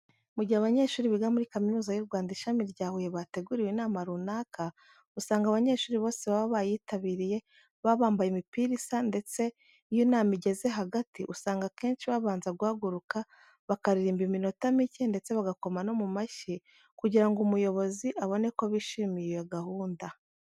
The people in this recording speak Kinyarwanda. Mu gihe abanyeshuri biga muri Kaminuza y'u Rwanda, ishami rya Huye bateguriwe inama runaka, usanga abanyeshuri bose baba bayitabiriye baba bambaye imipira isa ndetse iyo inama igeze hagati, usanga akenshi babanza guhaguruka bakaririmba iminota mike ndetse bagakoma no mu mashyi kugira ngo umuyobozi abone ko bishimiye iyo gahunda.